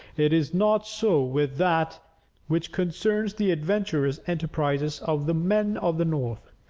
it is not so with that which concerns the adventurous enterprises of the men of the north.